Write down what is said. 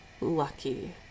lucky